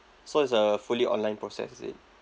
so it's a fully online process is it